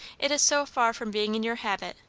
it is so far from being in your habit,